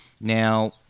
Now